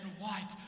white